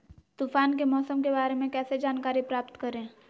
तूफान के मौसम के बारे में कैसे जानकारी प्राप्त करें?